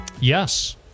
yes